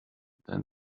than